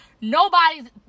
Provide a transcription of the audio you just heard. nobody's